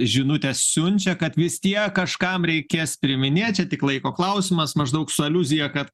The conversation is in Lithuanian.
žinutę siunčia kad vis tiek kažkam reikės priiminėt čia tik laiko klausimas maždaug su aliuzija kad